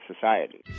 society